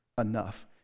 enough